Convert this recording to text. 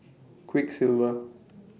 Quiksilver